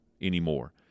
anymore